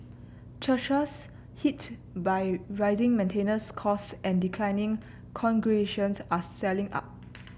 churches hit by rising maintenance costs and declining congregations are selling up